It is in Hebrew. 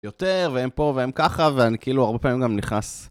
יותר, והם פה והם ככה, ואני כאילו הרבה פעמים גם נכנס.